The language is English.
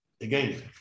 Again